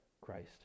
Christ